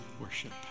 worship